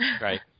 Right